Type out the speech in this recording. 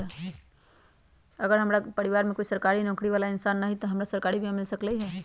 अगर हमरा परिवार में कोई सरकारी नौकरी बाला इंसान हई त हमरा सरकारी बीमा मिल सकलई ह?